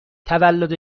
تولد